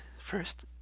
First